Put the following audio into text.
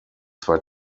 zwei